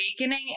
awakening